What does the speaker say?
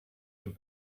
une